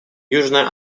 южная